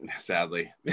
Sadly